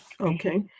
okay